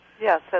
Yes